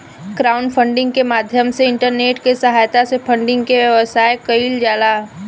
crowdfunding के माध्यम से इंटरनेट के सहायता से फंडिंग के व्यवस्था कईल जाला